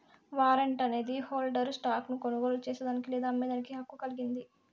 warrant అనేది హోల్డర్ను stock ను కొనుగోలు చేసేదానికి లేదా అమ్మేదానికి హక్కు కలిగింది